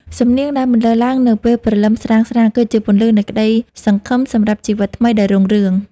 សំនៀងដែលបន្លឺឡើងនៅពេលព្រលឹមស្រាងៗ គឺជាពន្លឺនៃក្ដីសង្ឃឹមសម្រាប់ជីវិតថ្មីដែលរុងរឿង។